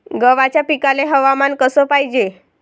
गव्हाच्या पिकाले हवामान कस पायजे?